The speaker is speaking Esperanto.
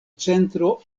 centro